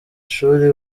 shuri